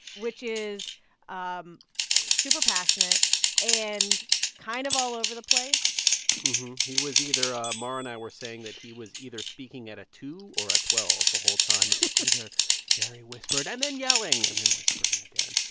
which is um super passionate and kind of all over the place he was either ah mara and i were saying that he was either speaking at a two or a twelve the whole time. it was either very whispered and then yelling and then whispering again.